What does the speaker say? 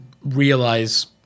realize